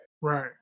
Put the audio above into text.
Right